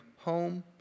home